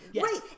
Right